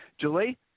Julie